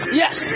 yes